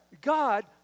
God